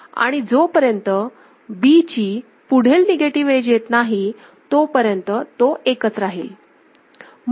आणि जोपर्यंत B ची पुढील निगेटिव्ह एज येत नाही तोपर्यंत तो एकच राहील